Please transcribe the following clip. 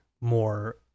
more